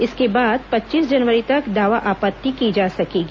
इसके बाद पच्चीस जनवरी तक दावा आपत्ति की जा सकेगी